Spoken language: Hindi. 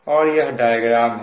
और यह डायग्राम है